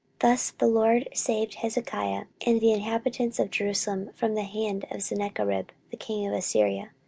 thus the lord saved hezekiah and the inhabitants of jerusalem from the hand of sennacherib the king of assyria,